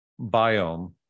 biome